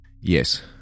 Yes